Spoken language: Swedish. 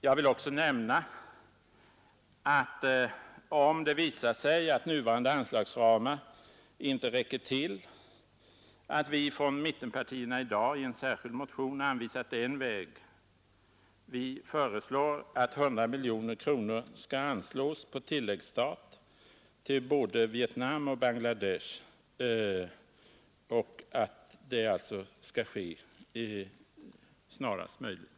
Jag vill också nämna att vi från mittenpartierna i dag i en särskild motion anvisat en väg att gå, om det visar sig att nuvarande anslagsramar inte räcker till. Vi föreslår nämligen att 100 miljoner kronor snarast möjligt skall anslås på tilläggsstat för företrädesvis varubistånd till både Vietnam och Bangladesh.